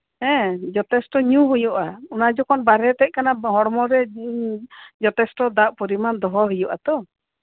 ᱦᱮᱸ ᱡᱚᱛᱷᱮᱥᱴᱚ ᱧᱩ ᱦᱩᱭᱩᱜᱼᱟ ᱚᱱᱟ ᱵᱟᱦᱨᱮᱛᱮ ᱦᱚᱲᱢᱚ ᱨᱮ ᱫᱟᱜ ᱯᱚᱨᱤᱢᱟᱱ ᱫᱚᱦᱚ ᱦᱩᱭᱩᱜ ᱟ ᱛᱳ